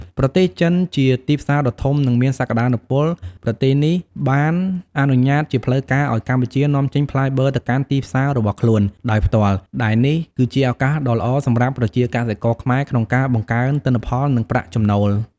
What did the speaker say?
ប្រទេសចិន ជាទីផ្សារដ៏ធំនិងមានសក្ដានុពល ប្រទេសនេះបានអនុញ្ញាតជាផ្លូវការឲ្យកម្ពុជានាំចេញផ្លែបឺរទៅកាន់ទីផ្សាររបស់ខ្លួន ដោយផ្ទាល់ ដែលនេះគឺជាឱកាសដ៏ល្អសម្រាប់កសិករខ្មែរក្នុងការបង្កើនទិន្នផល និងប្រាក់ចំណូល។